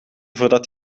voordat